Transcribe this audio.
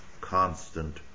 constant